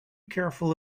careful